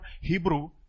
Hebrew